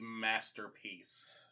masterpiece